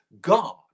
God